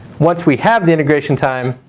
once we have the integration time,